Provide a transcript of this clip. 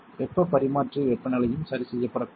வெப்பப் பரிமாற்றி வெப்பநிலையும் சரிசெய்யப்படக்கூடாது